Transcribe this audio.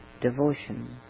devotion